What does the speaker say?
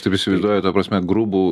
taip įsivaizduoju ta prasme grubų